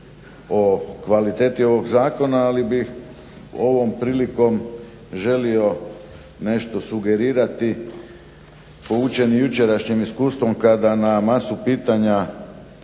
o kvaliteti ovog zakona, ali bih ovom prilikom želio nešto sugerirati. Poučeni jučerašnjim iskustvom kada na masu pitanja